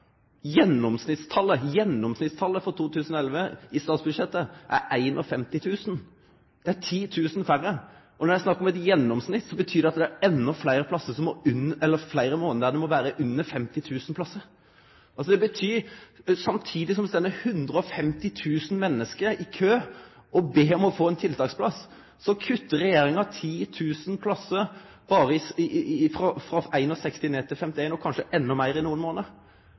Gjennomsnittstalet for 2011 i statsbudsjettet er 51 000. Det er 10 000 færre. Når det er snakk om eit gjennomsnitt, betyr det at det i fleire månader må vere under 50 000 plassar. Samtidig som det står 150 000 menneske i kø og ber om å få ein tiltaksplass, kuttar altså regjeringa 10 000 plassar berre frå 61 000 ned til 51 000, og kanskje enda meir i